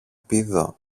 πήδο